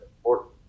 important